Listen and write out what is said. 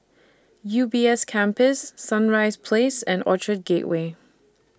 U B S Campus Sunrise Place and Orchard Gateway